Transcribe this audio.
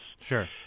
sure